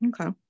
Okay